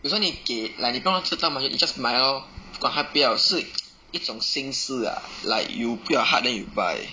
比如说你给 like 你不用知道 mah 你 just 买 lor 不管他要不要是一种心思 ah like you put your heart then you buy